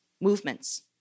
movements